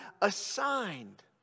assigned